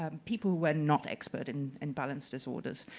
um people who were not expert and in balance disorders.